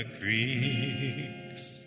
creeks